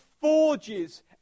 forges